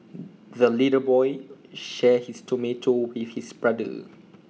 the little boy shared his tomato with his brother